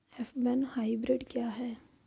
F one hybrid क्या है?